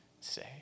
say